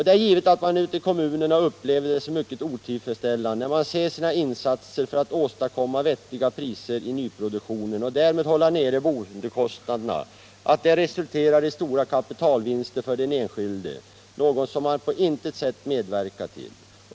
Det är givet att man ute i kommunerna upplever det som mycket otillfredsställande när man ser sina insatser för att åstadkomma vettiga priser i nyproduktionen och därmed hålla nere boendekostnaderna resultera i stora kapitalvinster för den enskilde, något som man på intet sätt medverkat till.